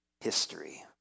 history